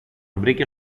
βρήκε